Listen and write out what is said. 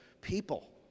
people